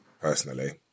personally